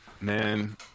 man